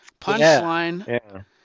Punchline